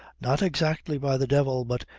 not exactly by the devil but,